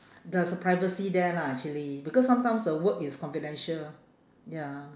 there's a privacy there lah actually because sometimes the work is confidential ya